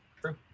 True